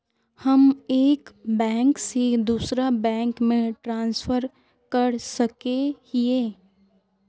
हम एक बैंक से दूसरा बैंक में ट्रांसफर कर सके हिये?